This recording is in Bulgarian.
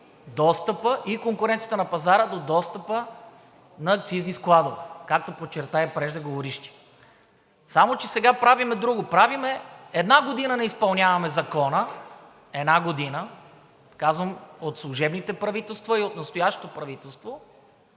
конкуренцията на пазара до достъпа на акцизни складове, както подчерта и преждеговорившият. Само че сега правим друго – една година не изпълняваме Закона, една година – от служебните и от настоящото правителство,